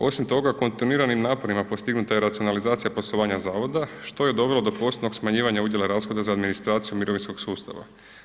Osim toga, kontinuiranim naporima postignuta je racionalizacija poslovanja zavoda, što je dovelo do postupnog smanjivanja udjela rashoda za administraciju mirovinskog sustava.